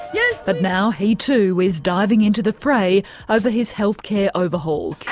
yeah but now he too is diving into the fray over his health care overhaul.